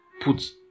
put